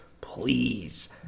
please